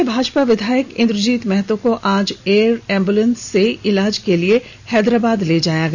सिंदरी के भाजपा विधायक इंद्रजीत महतो को आज एयर एंबुलेंस से इलाज के लिए हैदराबाद ले जाया गया